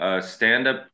stand-up